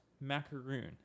macaroon